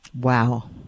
Wow